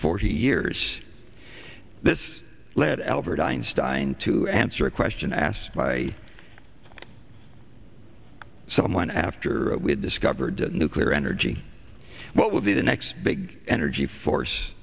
forty years this led albert einstein to answer a question asked by someone after we have discovered nuclear energy what would be the next big energy force